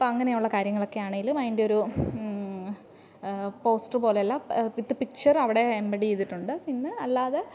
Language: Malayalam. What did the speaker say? അപ്പോൾ അങ്ങനെയുള്ള കാര്യങ്ങളൊക്കെ ആണെങ്കിലും അതിൻ്റെ ഒരു പോസ്റ്റർ പോലെയല്ല വിത്ത് പിക്ച്ചർ അവിടെ എംബെഡ് ചെയ്തിട്ടുണ്ട് പിന്നെ അല്ലാതെ